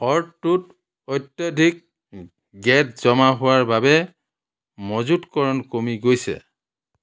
হ্ৰদটোত অত্যাধিক গেদ জমা হোৱাৰ বাবে মজুতকৰণ কমি গৈছে